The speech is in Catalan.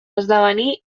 esdevenir